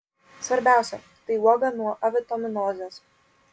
svarbiausia tai uoga nuo avitaminozės